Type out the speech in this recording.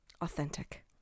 authentic